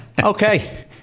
okay